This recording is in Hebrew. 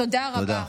תודה רבה.